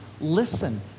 listen